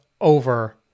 over